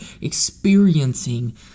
experiencing